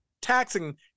taxing